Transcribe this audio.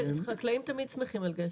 חקלאים תמיד שמחים על גשם.